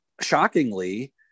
shockingly